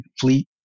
fleet